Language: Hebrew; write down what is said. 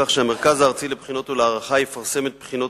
כך שהמרכז הארצי לבחינות ולהערכה יפרסם את הבחינות